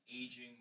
aging